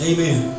Amen